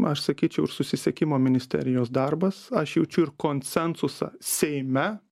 aš sakyčiau ir susisiekimo ministerijos darbas aš jaučiu ir konsensusą seime